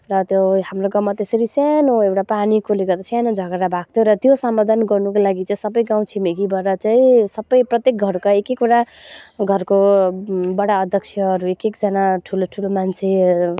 र त्यो हाम्रो गाउँमा त्यसरी सानो एउटा पानीकोले गर्दा सानो झगडा भएको थियो र त्यो समाधान गर्नुको लागि चाहिँ सबै गाउँ छिमेकीबाट चाहिँ सबै प्रत्येक घरका एकएकवटा घरको बडा अध्यक्षहरू एकएकजना ठुलोठुलो मान्छे